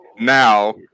now